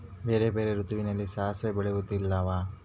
ಬೇರೆ ಬೇರೆ ಋತುವಿನಲ್ಲಿ ಸಾಸಿವೆ ಬೆಳೆಯುವುದಿಲ್ಲವಾ?